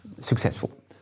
successful